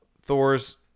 Thor's